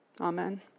Amen